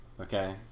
Okay